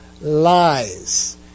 lies